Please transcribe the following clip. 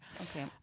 Okay